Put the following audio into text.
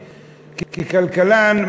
ככלכלן,